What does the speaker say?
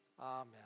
Amen